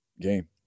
game